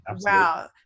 Wow